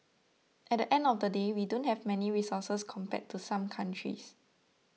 at the end of the day we don't have many resources compared to some countries